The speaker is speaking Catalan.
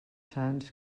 sants